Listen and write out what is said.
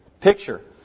picture